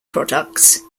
products